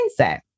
mindset